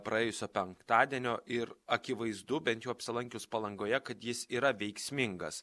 praėjusio penktadienio ir akivaizdu bent jo apsilankius palangoje kad jis yra veiksmingas